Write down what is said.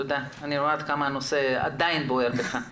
אני רואה כמה הנושא עדיין בוער בך.